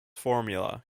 formula